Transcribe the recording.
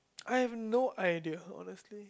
I have no idea honestly